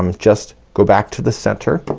um just go back to the center but